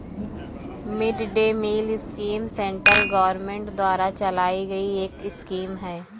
mid day meal scheme central government द्वारा चलाई गई एक स्कीम है